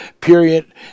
period